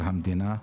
מבקר המדינה.